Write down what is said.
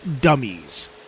dummies